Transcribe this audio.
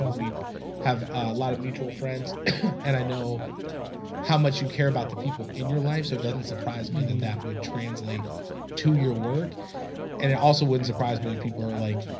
um we have a lot of mutual friends and i know how much you care about the people in your life? so it doesn't surprise me that that would translate to your work and it also wouldn't surprise me people are like,